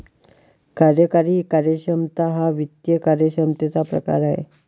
कार्यकारी कार्यक्षमता हा वित्त कार्यक्षमतेचा प्रकार आहे